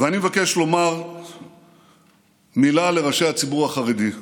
אני מבקש לומר מילה לראשי הציבור החרדי: